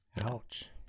ouch